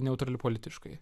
neutrali politiškai